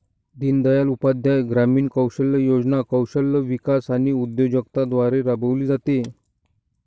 दीनदयाळ उपाध्याय ग्रामीण कौशल्य योजना कौशल्य विकास आणि उद्योजकता द्वारे राबविली जाते